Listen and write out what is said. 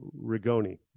Rigoni